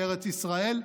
בארץ ישראל,